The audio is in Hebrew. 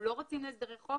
לא רצים להסדרי חוב